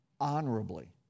honorably